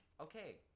okay